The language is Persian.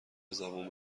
زبون